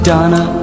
Donna